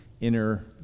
inner